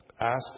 asked